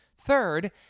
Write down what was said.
third